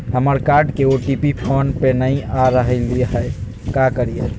हमर कार्ड के O T P phone पे नई आ रहलई हई, का करयई?